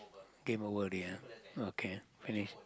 game over already ah okay finish